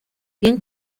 bien